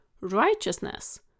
righteousness